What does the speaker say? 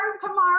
tomorrow